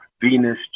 Venus